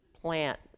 plant